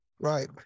Right